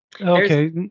okay